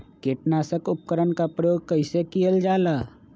किटनाशक उपकरन का प्रयोग कइसे कियल जाल?